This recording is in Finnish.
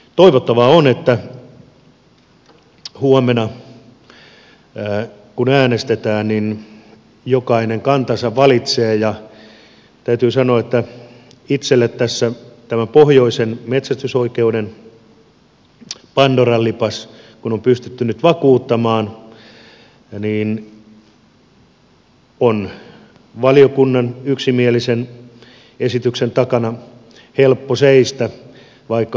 toivottavaa on että kun huomenna äänestetään niin jokainen kantansa valitsee ja täytyy sanoa että itselleni tässä kun tämän pohjoisen metsästysoikeuden pandoran lipas on pystytty nyt vakuuttamaan on valiokunnan yksimielisen esityksen takana helppo seistä vaikka hallitus heiluisi